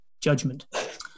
judgment